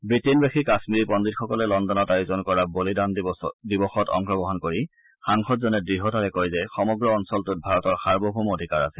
ৱিটেইনবাসী কাশ্মীৰী পণ্ডিতসকলে লণ্ডনত আয়োজন কৰা বলিদান দিৱসত অংশগ্ৰহণ কৰি সাংসদজনে দ্ঢ্তাৰে কয় যে সমগ্ৰ অঞ্চলটোত ভাৰতৰ সাৰ্বভৌম অধিকাৰ আছে